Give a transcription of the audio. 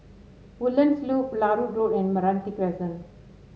Woodlands Loop Larut Road and Meranti Crescent